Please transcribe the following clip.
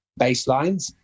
baselines